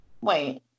Wait